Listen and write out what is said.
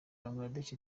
bangladesh